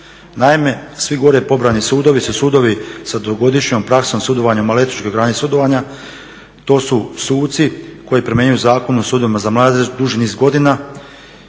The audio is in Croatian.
Naime, svi gore pobrojani sudovi su sudovi sa dugogodišnjom praksom sudovanja u maloljetničkoj grani sudovanja, to su suci koji primjenjuju Zakon o sudovima za mladež duži niz godina